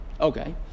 Okay